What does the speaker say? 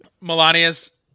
Melania's